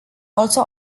also